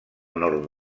nord